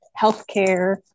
healthcare